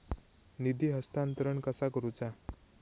निधी हस्तांतरण कसा करुचा?